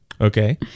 okay